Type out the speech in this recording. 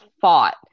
fought